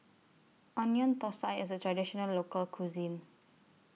Onion Thosai IS A Traditional Local Cuisine